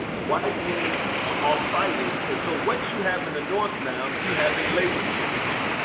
white men are all fighting and so what you have in the north now, you have a labor shortage.